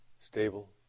stable